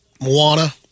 Moana